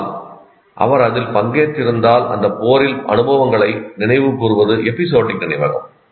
ஆனால் அவர் அதில் பங்கேற்றிருந்தால் அந்த போரில் அனுபவங்களை நினைவு கூர்வது எபிசோடிக் நினைவகம்